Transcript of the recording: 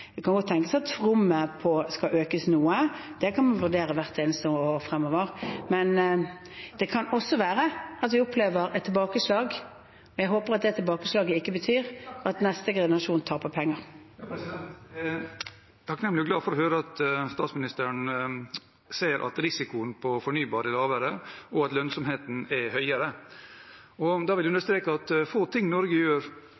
Det kan godt tenkes at rommet skal økes noe, det kan man vurdere hvert eneste år fremover, men det kan også være at vi opplever et tilbakeslag. Jeg håper at det tilbakeslaget ikke betyr at neste generasjon taper penger. Det blir oppfølgingsspørsmål – først Per Espen Stoknes. Jeg er takknemlig og glad for å høre at statsministeren ser at risikoen på fornybar er lavere, og at lønnsomheten er høyere. Da vil jeg